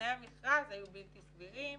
שתנאי המכרז היו בלתי סבירים